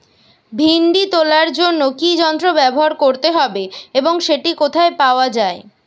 ভিন্ডি তোলার জন্য কি যন্ত্র ব্যবহার করতে হবে এবং সেটি কোথায় পাওয়া যায়?